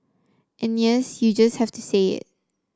and yes you just have to say it